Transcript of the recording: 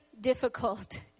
difficult